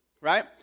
Right